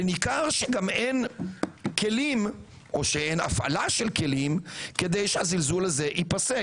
וניכר גם שאין כלים או שאין הפעלה של כלים כדי שהזלזול הזה ייפסק.